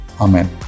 Amen